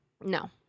no